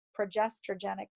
progesterogenic